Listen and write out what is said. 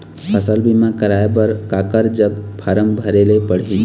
फसल बीमा कराए बर काकर जग फारम भरेले पड़ही?